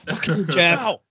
Jeff